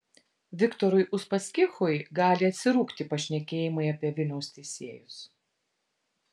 viktorui uspaskichui gali atsirūgti pašnekėjimai apie vilniaus teisėjus